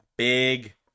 Big